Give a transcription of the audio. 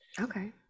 Okay